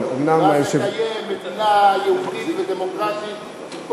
ואז נקיים מדינה יהודית ודמוקרטית עם